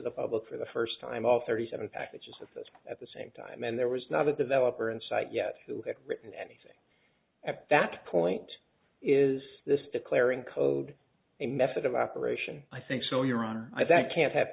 the public for the first time all thirty seven packages of those at the same time and there was not a developer in site yet who had written anything at that point is this declaring code a method of operation i think so your honor i that can't have